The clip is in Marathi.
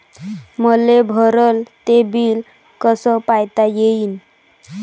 मले भरल ते बिल कस पायता येईन?